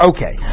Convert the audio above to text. Okay